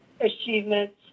achievements